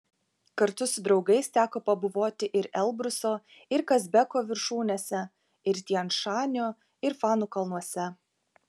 kartu su draugais teko pabuvoti ir elbruso ir kazbeko viršūnėse ir tian šanio ir fanų kalnuose